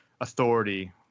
authority